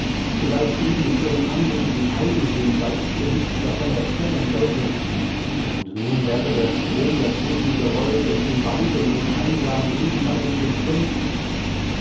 vielleicht eben in ihrem anmutigen eigensinn weil ich ihr nichts davon erzählen sollte und nun wäre der strom dazwischen gerollt und sie weinte nun einsam drüben bei den gespenstern